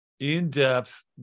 In-depth